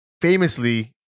Famously